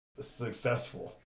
successful